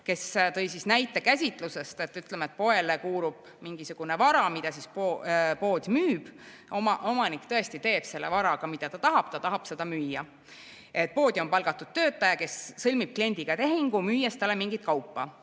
kes tõi näite. Ütleme, et poele kuulub mingisugune vara, mida pood müüb, omanik teeb selle varaga, mida ta tahab, ja ta tahab seda müüa. Poodi on palgatud töötaja, kes sõlmib kliendiga tehingu, müües talle mingit kaupa.